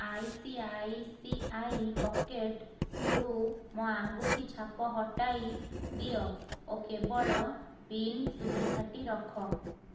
ICICI ପକେଟ୍ରୁ ମୋ ଆଙ୍ଗୁଠି ଛାପ ହଟାଇ ଦିଅ ଓ କେବଳ ପିନ୍ ସୁବିଧାଟି ରଖ